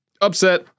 Upset